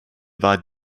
war